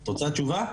את רוצה תשובה?